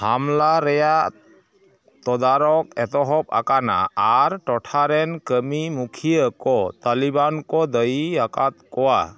ᱦᱟᱢᱞᱟ ᱨᱮᱭᱟᱜ ᱛᱚᱫᱟᱨᱚᱠ ᱮᱛᱚᱦᱚᱵ ᱟᱠᱟᱱᱟ ᱟᱨ ᱴᱚᱴᱷᱟᱨᱮᱱ ᱠᱟᱹᱢᱤ ᱢᱩᱠᱷᱤᱭᱟᱹ ᱠᱚ ᱛᱟᱹᱞᱤᱵᱟᱱᱠᱚ ᱫᱟᱹᱭᱤ ᱟᱠᱟᱫ ᱠᱚᱣᱟ